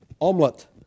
Omelette